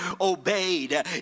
obeyed